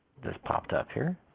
this popped up here.